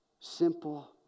simple